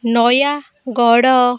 Nayagarh